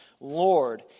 Lord